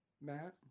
Matt